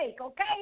okay